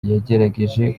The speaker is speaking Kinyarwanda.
yagerageje